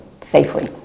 safely